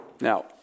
Now